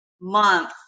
month